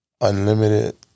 Unlimited